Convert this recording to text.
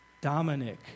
Dominic